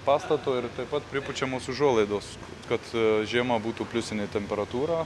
pastato ir taip pat pripučiamos užuolaidos kad žiema būtų pliusinė temperatūra